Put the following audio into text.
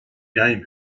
game